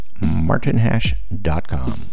martinhash.com